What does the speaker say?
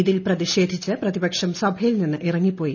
ഇതിൽ പ്രതിഷേധിച്ച് പ്രതിപക്ഷം സഭയിൽ നിന്ന് ഇറങ്ങിപ്പോയി